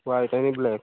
white आनी black